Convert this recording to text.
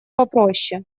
попроще